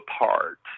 apart